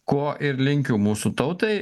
ko ir linkiu mūsų tautai